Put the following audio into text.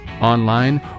online